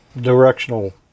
directional